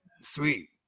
sweet